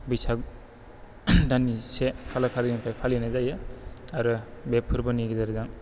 बैसाग दाननि से खालारखालि निफ्राय फालिनाय जायो आरो फोरबोनि गेजेरजों